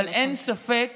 אין ספק